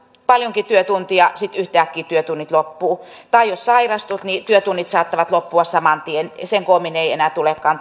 paljonkin työtunteja niin sitten yhtäkkiä työtunnit loppuvat tai jos sairastut työtunnit saattavat loppua saman tien ja sen koommin ei enää tulekaan